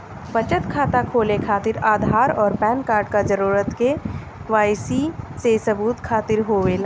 बचत खाता खोले खातिर आधार और पैनकार्ड क जरूरत के वाइ सी सबूत खातिर होवेला